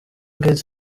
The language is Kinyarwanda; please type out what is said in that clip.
gates